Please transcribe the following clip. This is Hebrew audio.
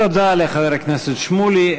תודה לחבר הכנסת שמולי.